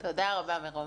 תודה רבה, מירום.